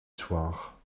soir